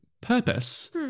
purpose